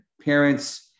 parents